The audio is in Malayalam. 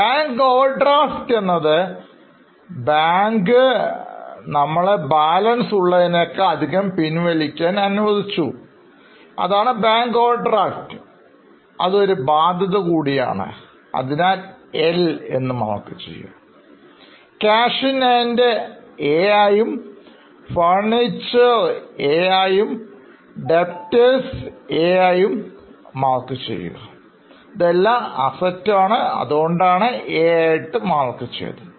Bank Overdraft എന്നത് ബാങ്ക് നമ്മളെ ബാലൻസ് ഉള്ളതിനേക്കാൾ അധികം പണം പിൻവലിക്കാൻ അനുവദിച്ചു ഇത് ഒരു ബാധ്യത കൂടിയാണ് ആണ് അതിനാൽ L Cash in hand A ആയും Furniture A Debtors ഇത് ഉപഭോക്താക്കളിൽ നിന്നും ലഭിക്കേണ്ട തുക ആണ് അതിനാൽ A എന്നു കാണിച്ചു